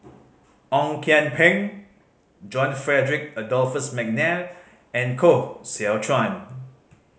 Ong Kian Peng John Frederick Adolphus McNair and Koh Seow Chuan